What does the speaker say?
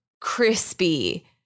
crispy